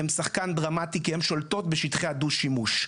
הן שחקן דרמטי כי הן שולטות בשטחי הדו-שימוש.